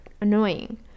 annoying